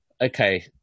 okay